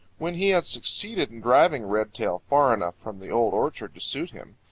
when he had succeeded in driving redtail far enough from the old orchard to suit him,